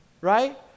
right